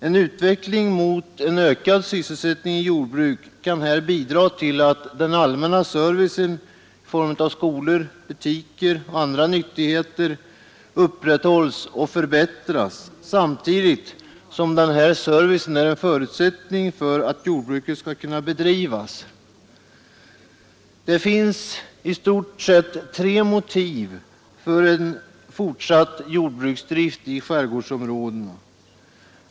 En utveckling mot en ökad sysselsättning i jordbruk kan här bidra till att den allmänna servicen i form av skolor, butiker och andra nyttigheter upprätthålls och förbättras, samtidigt som den servicen är en förutsättning för att jordbruket skall kunna bedrivas. Det finns i stort sett tre motiv för en fortsatt jordbruksdrift i skärgårdsområdena.